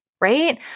right